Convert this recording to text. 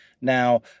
now